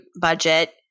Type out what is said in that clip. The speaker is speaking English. budget